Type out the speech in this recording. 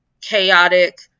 chaotic